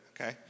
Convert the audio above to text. Okay